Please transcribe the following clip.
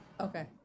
Okay